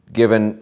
given